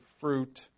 fruit